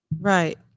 Right